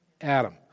Adam